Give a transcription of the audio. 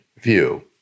view